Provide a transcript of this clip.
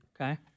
Okay